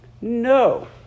No